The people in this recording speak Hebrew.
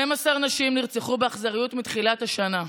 12 נשים נרצחו באכזריות מתחילת השנה.